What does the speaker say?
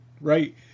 right